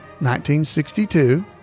1962